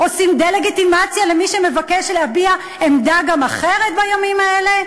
עושים דה-לגיטימציה למי שמבקש להביע גם עמדה אחרת בימים האלה?